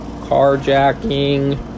carjacking